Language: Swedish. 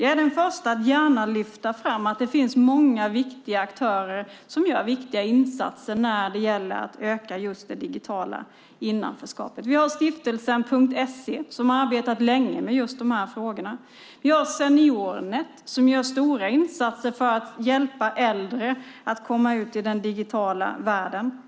Jag är den första att gärna lyfta fram att det finns många viktiga aktörer som gör viktiga insatser när det gäller att öka just det digitala innanförskapet. Vi har stiftelsen Punkt SE, som har arbetat länge med just de här frågorna. Vi har Seniornet, som gör stora insatser för att hjälpa äldre att komma ut i den digitala världen.